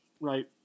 right